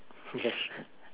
yes